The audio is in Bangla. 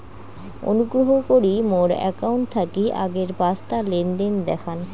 অনুগ্রহ করি মোর অ্যাকাউন্ট থাকি আগের পাঁচটা লেনদেন দেখান